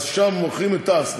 אז עכשיו מוכרים את תע"ש,